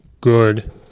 good